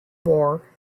war